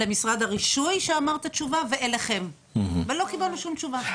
למשרד הרישוי שאמר את התשובה ואליכם ולא קיבלנו שום תשובה.